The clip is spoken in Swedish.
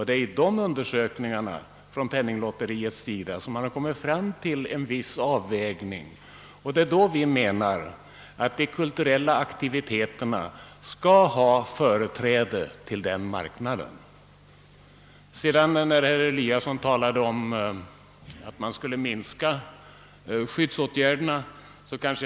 Det är vid dessa undersökningar som penninglotteriet kommit fram till en viss avvägning, och vi menar att de kulturella aktiviteterna skall ha företräde till den marknaden. Vidare sade herr Eliasson att skyddsåtgärderna skulle komma att minskas.